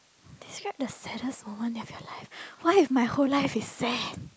describe the saddest moment of your life what if my whole life is sad